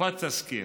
הופץ תזכיר.